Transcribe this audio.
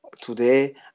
today